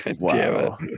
Wow